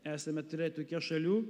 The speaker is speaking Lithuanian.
esame trejetuke šalių